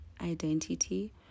identity